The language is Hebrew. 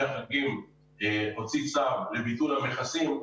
החגים כאשר הוציא צו לביטול המכסים,